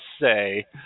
say